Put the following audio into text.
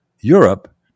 Europe